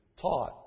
taught